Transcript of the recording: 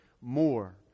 more